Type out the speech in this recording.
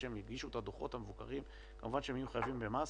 כשהם יגישו את הדוחות המבוקרים כמובן שהם יהיו חייבים במס,